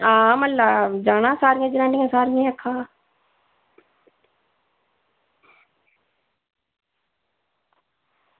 हां म्हल्ला जाना सारियें जनानियें सारियें गी आक्खे दा